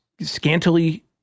Scantily